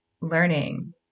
learning